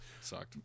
sucked